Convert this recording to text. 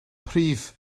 prif